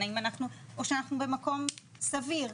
האם אנחנו או שאנחנו במקום סביר?